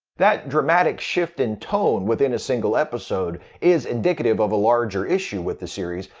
that dramatic shift in tone within a single episode is indicative of a larger issue with the series.